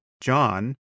John